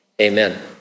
amen